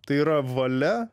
tai yra valia